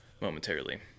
momentarily